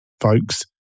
folks